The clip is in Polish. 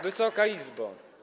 Wysoka Izbo!